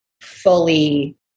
fully